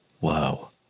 Wow